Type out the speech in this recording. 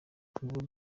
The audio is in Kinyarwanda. nguwo